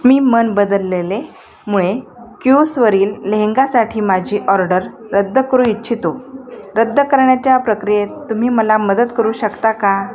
मी मन बदललेलेमुळे क्यूसवरील लेहेंगासाठी माझी ऑर्डर रद्द करू इच्छितो रद्द करण्याच्या प्रक्रियेत तुम्ही मला मदत करू शकता का